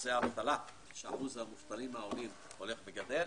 נושא האבטלה, שאחוז המובטלים העולים הולך וגדל